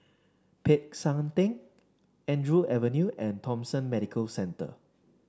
Peck San Theng Andrew Avenue and Thomson Medical Centre